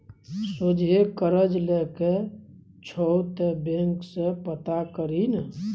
सोझे करज लए के छौ त बैंक सँ पता करही ने